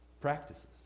practices